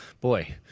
Boy